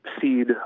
seed